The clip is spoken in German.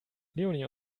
leonie